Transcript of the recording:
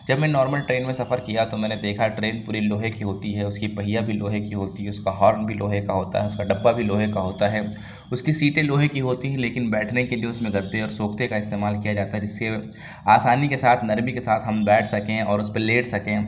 جب میں normal train میں سفر کیا تو میں نے دیکھا کہ ٹرین پوری لوہے کی ہوتی ہے اس کی پہیہ بھی لوہے کی ہوتی ہے اس کا ہارن بھی لوہے کا ہوتا ہے اس کا ڈبہ بھی لوہے کا ہوتا ہے اس کی سیٹیں لوہے کی ہوتی ہے لیکن بیٹھنے کے لیے جو اس میں گدے اور سوختے کا استعمال کیا جاتا ہے جس سے آسانی کے ساتھ نرمی کے ساتھ ہم بیٹھ سکیں اور اس پر لیٹ سکیں